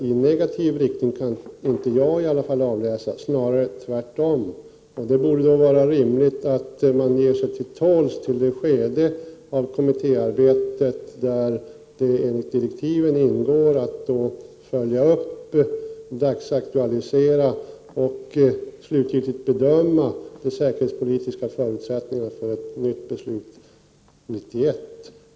I varje fall kan jag inte göra det, utan det är snarare tvärtom. Då borde det vara rimligt att man ger sig till tåls till dess kommittéarbetet kommit in i det skede där kommittén enligt direktiven har att bedöma den aktuella omvärldsutvecklingen och slutgiltigt göra de säkerhetspolitiska bedömningarna inför ett nytt beslut år 1991.